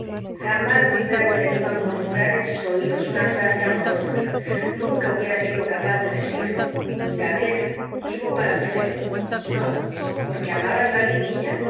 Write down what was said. jamás me hubiera atrevido a murmurar en sus oídos una frase amorosa nunca hubiera sido capaz de decirlo gabriela vivo para usted no porque amaba yo a